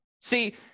See